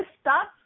stop